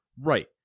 Right